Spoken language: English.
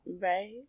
Right